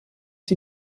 sie